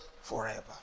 forever